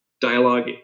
dialogue